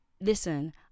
listen